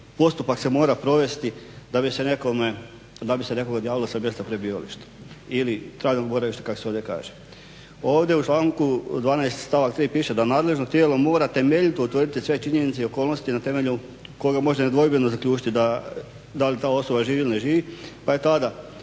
postupak se mora provesti da bi se nekome odjavilo sa mjesta prebivališta ili trajnog boravišta kao se ovdje kaže. Ovdje u članku 12. stavak 3. piše da nadležno tijelo mora temeljito utvrditi sve činjenice i okolnosti na temelju kojega može nedvojbeno zaključiti da li ta osoba živi ili ne živi pa tada